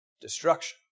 destruction